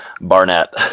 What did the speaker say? Barnett